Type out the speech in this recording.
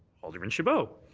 alderman chabot.